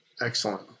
Excellent